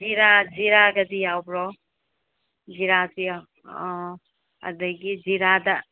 ꯖꯤꯔꯥꯒꯗꯤ ꯌꯥꯎꯕ꯭ꯔꯣ ꯖꯤꯔꯥꯁꯨ ꯑꯥ ꯑꯗꯒꯤ ꯖꯤꯔꯥꯗ